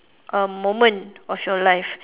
a moment of your life